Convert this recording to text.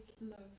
love